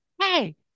hey